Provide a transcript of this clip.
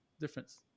Difference